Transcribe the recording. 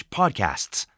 podcasts